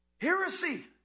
Heresy